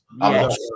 Yes